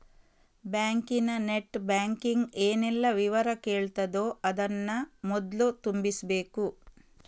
ಬ್ಯಾಂಕಿನ net banking ಏನೆಲ್ಲ ವಿವರ ಕೇಳ್ತದೋ ಅದನ್ನ ಮೊದ್ಲು ತುಂಬಿಸ್ಬೇಕು